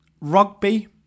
rugby